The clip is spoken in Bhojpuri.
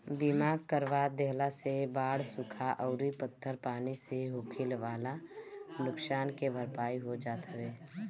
बीमा करवा देहला से बाढ़ सुखा अउरी पत्थर पानी से होखेवाला नुकसान के भरपाई हो जात हवे